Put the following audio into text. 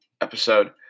episode